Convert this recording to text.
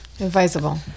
Advisable